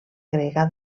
grega